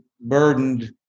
burdened